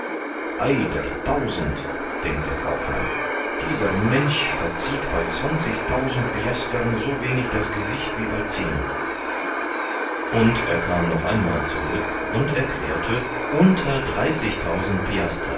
der tausend denkt der kaufmann dieser mensch verzieht bei zwanzigtausend piastern so wenig das gesicht wie bei zehn und er kam noch einmal zurück und erklärte unter dreißigtausend